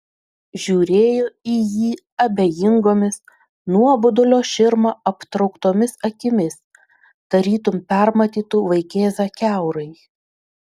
žiūrėjo į jį abejingomis nuobodulio širma aptrauktomis akimis tarytum permatytų vaikėzą kiaurai